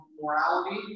morality